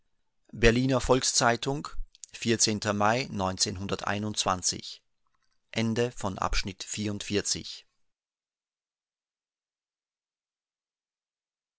berliner volks-zeitung mai